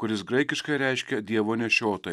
kuris graikiškai reiškia dievo nešiotoja